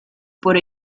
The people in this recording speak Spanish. por